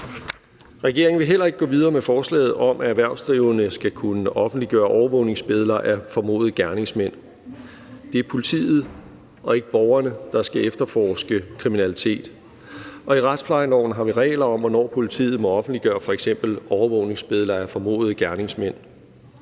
Regeringen vil heller ikke gå videre med forslaget om, at erhvervsdrivende skal kunne offentliggøre overvågningsbilleder af formodede gerningsmænd. Det er politiet og ikke borgerne, der skal efterforske kriminalitet. I retsplejeloven har vi regler om, hvornår politiet må offentliggøre f.eks. overvågningsbilleder af formodede gerningsmænd.